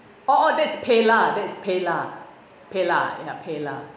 oh oh that's PayLah! that's PayLah! PayLah! ya PayLah!